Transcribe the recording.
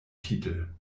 titel